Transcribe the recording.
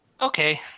okay